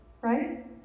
right